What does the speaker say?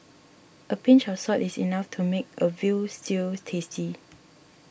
a pinch of salt is enough to make a Veal Stew tasty